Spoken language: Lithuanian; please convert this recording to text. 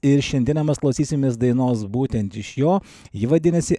ir šiandieną mes klausysimės dainos būtent iš jo ji vadinasi